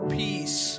peace